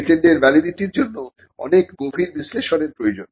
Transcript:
পেটেন্টের ভ্যালিডিটির জন্য অনেক গভীর বিশ্লেষণের প্রয়োজন